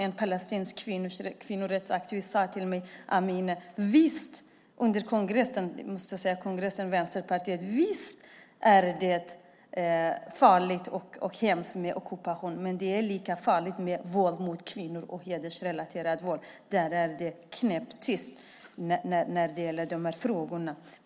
En palestinsk kvinnorättsaktivist sade till mig under Vänsterpartiets kongress: Amineh, visst är det farligt och hemskt med ockupation, men det är lika farligt med våld mot kvinnor och hedersrelaterat våld. Men det är knäpptyst när det gäller de frågorna.